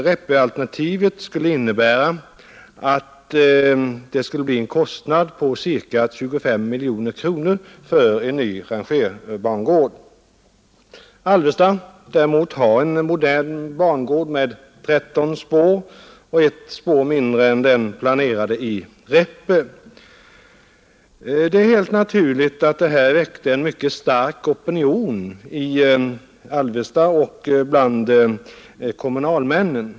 Räppealternativet skulle medföra en kostnad på ca 25 miljoner kronor för en ny rangerbangård. Alvesta däremot har en modern bangård med 13 spår — ett spår mindre än den planerade i Räppe. Det är helt naturligt att utredningens förslag väckte en mycket stark opinion i Alvesta, inte minst bland kommunalmännen.